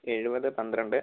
എഴുപത് പന്ത്രണ്ട്